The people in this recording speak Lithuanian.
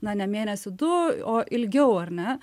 na ne mėnesį du o ilgiau ar ne